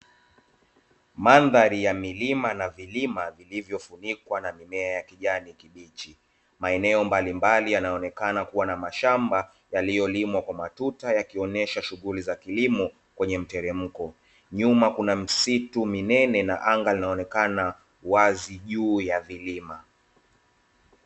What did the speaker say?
Mandhari ya milima na vilima viliyofunikwa na mimea ya kijani kibichi maeneo mbalimbali yanaonekana kuwa na mashamba yaliyolimwa kwa matuta yakionyesha shughuli za kilimo kwenye mteremko. Nyuma kuna misitu minene na anga linaonekana wazi juu ya vilima.